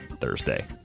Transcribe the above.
Thursday